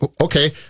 okay